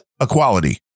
equality